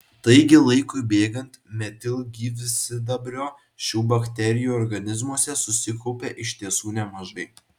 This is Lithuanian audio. taigi laikui bėgant metilgyvsidabrio šių bakterijų organizmuose susikaupia iš tiesų nemažai